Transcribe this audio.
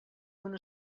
una